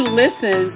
listen